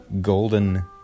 golden